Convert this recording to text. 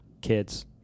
kids